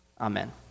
Amen